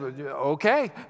okay